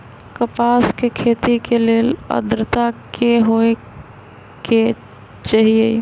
कपास के खेती के लेल अद्रता की होए के चहिऐई?